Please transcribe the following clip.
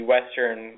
Western